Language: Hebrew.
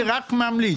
אני רק ממליץ.